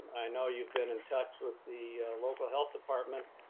i know you've been in touch with the local health department